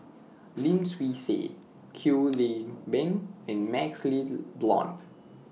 Lim Swee Say Kwek Leng Beng and MaxLe Blond